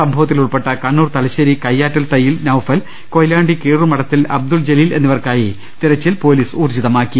സംഭവത്തിൽ ഉൾപ്പെട്ട കണ്ണൂർ തലശ്ശേരി കയ്യാറ്റൽ തയ്യിൽ നൌഫൽ കൊയിലാണ്ടി കീഴൂർമഠത്തിൽ അബ്ദുൾ ജലീൽ എന്നിവർക്കായി തിരച്ചിൽ പൊലീസ് ഊർജ്ജിതമാക്കി